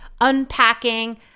unpacking